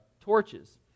torches